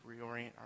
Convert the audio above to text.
reorient